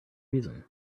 reason